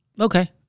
Okay